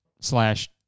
slash